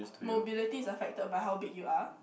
mobility is affected by how big you are